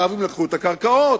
מהערבים לקחו את הקרקעות,